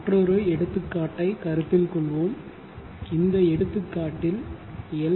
மற்றொரு எடுத்துக்காட்டைக் கருத்தில் கொள்வோம் இந்த எடுத்துக்காட்டில் எல்